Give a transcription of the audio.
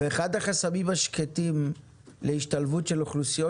אחד החסמים השקטים להשתלבות של אוכלוסיות